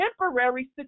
temporary